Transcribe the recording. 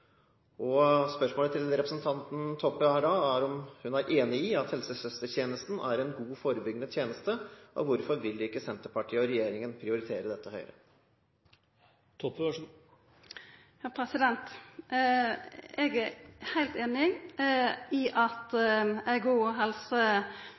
kapasitet. Spørsmålet til representanten Toppe er om hun er enig i at helsesøstertjenesten er en god forebyggende tjeneste – og hvorfor vil ikke Senterpartiet og regjeringen prioritere dette høyere? Eg er heilt einig i at